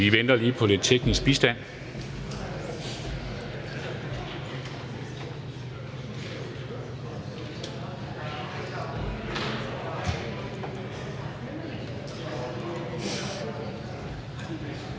Vi venter lige på lidt teknisk bistand.